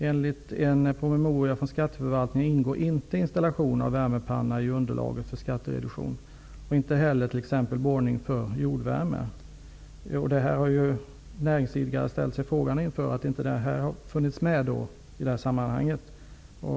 Enligt en promemoria från skatteförvaltningen ingår inte installation av värmepanna i underlaget för skattereduktion, och inte heller t.ex. borrning för jordvärme. Näringsidkare har ställt sig frågande inför att detta inte har funnits med i sammanhanget.